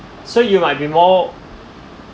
so you might be more